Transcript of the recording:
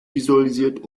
visualisiert